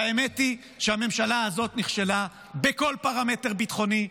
והאמת היא שהממשלה הזאת נכשלה בכל פרמטר ביטחוני,